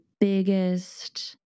biggest